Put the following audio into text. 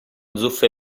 zuffe